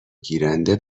گیرنده